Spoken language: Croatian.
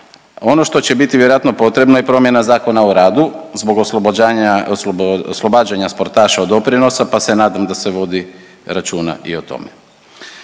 Ono što će vjerojatno biti potrebno je promjena Zakona o radu zbog oslobađanja sportaša od doprinosa pa se nadam da se vodi računa i o tome.